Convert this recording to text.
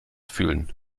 fühlen